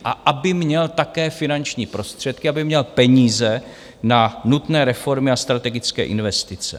A aby měl také finanční prostředky, aby měl peníze na nutné reformy a strategické investice.